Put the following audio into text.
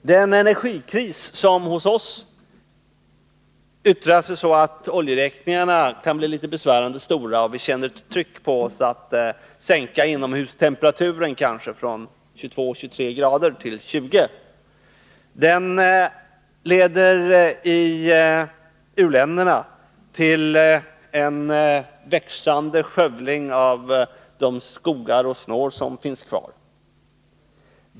Den energikris som hos oss yttrar sig så att oljeräkningarna kan bli litet besvärande stora och att vi känner ett tryck på oss att sänka inomhustemperaturen från kanske 22-23 grader till 20 grader leder i u-länderna till en växande skövling av de skogar och snår som finns kvar.